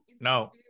no